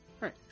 right